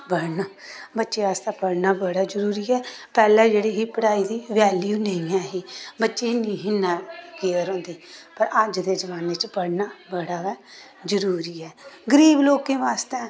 बनन बच्चे आस्तै पढ़ना बड़ा जरूरी ऐ पैह्लें जेह्ड़ी ही पढ़ाई दी वैल्यू नेईं ऐ ही बच्चें गी निं हा इन्ना केयर होंदी पर अज्ज दे जमान्ने च पढ़ना बड़ा गै जरूरी ऐ गरीब लोकें बास्तै